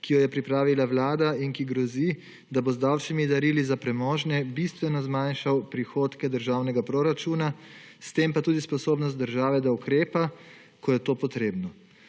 ki jo je pripravila Vlada in ki grozi, da bo z davčnimi darili za premožne bistveno zmanjšal prihodke državnega proračuna, s tem pa tudi sposobnost države, da ukrepa, ko je to potrebno.